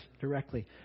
directly